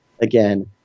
again